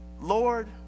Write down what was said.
Lord